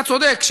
אתה צודק,